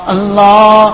Allah